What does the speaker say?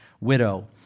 widow